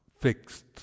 fixed